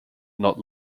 not